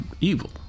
evil